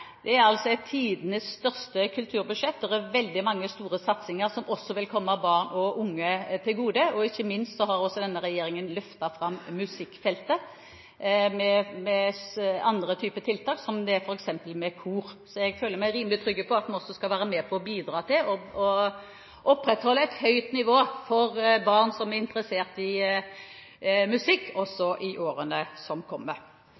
Det er altså tidenes største kulturbudsjett, det er veldig mange store satsinger, som også vil komme barn og unge til gode, og ikke minst har denne regjeringen løftet fram musikkfeltet med andre typer tiltak som f.eks. med kor. Så jeg føler meg rimelig trygg på at vi også skal være med å bidra til å opprettholde et høyt nivå for barn som er interessert i musikk, også i årene som kommer.